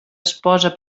esposa